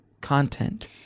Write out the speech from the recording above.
content